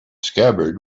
scabbard